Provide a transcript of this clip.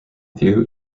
view